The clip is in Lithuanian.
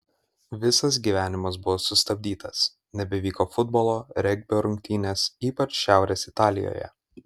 visas gyvenimas buvo sustabdytas nebevyko futbolo regbio rungtynės ypač šiaurės italijoje